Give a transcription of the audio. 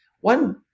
one